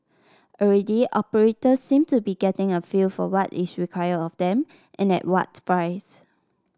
already operators seem to be getting a feel for what is required of them and at what price